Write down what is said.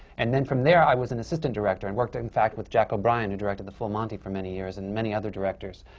and then, from there, i was an assistant director. i and worked, in fact, with jack o'brien, who directed the full monty, for many years, and many other directors.